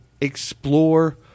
explore